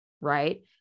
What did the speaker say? Right